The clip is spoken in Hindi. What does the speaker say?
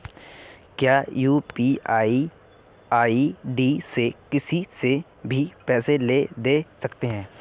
क्या यू.पी.आई आई.डी से किसी से भी पैसे ले दे सकते हैं?